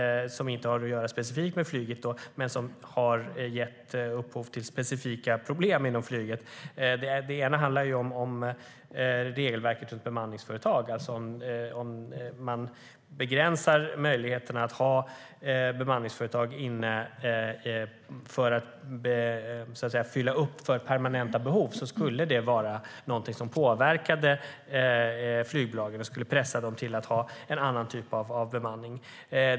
De har inte specifikt med flyget att göra men har gett upphov till specifika problem inom flyget. Det ena gäller regelverket för bemanningsföretag. Om man begränsade möjligheten att anlita bemanningsföretag för att fylla upp för permanenta behov skulle det påverka flygbolagen. Det skulle pressa dem till att ha en annan typ av bemanning.